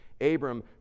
Abram